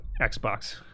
Xbox